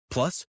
Plus